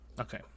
Okay